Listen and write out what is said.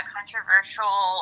controversial